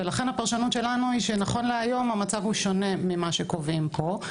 ולכן הפרשנות שלנו היא שנכון להיום המצב הוא שונה ממה שקובעים פה,